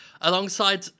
alongside